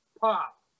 pop